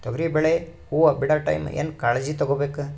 ತೊಗರಿಬೇಳೆ ಹೊವ ಬಿಡ ಟೈಮ್ ಏನ ಕಾಳಜಿ ತಗೋಬೇಕು?